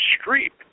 street